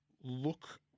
look